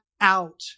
out